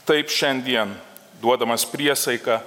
taip šiandien duodamas priesaiką